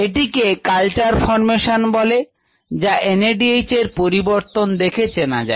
এটিকে culture formations বলে যা NADH এর পরিবর্তন দেখে চেনা যায়